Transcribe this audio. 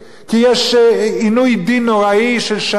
כי יש עינוי דין נוראי של שנים.